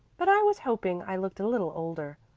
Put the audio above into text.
but i was hoping i looked a little older.